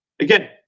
Again